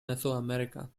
mesoamerica